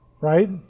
right